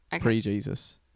pre-Jesus